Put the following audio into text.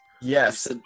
Yes